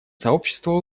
сообщество